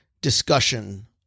Discussion